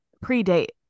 pre-date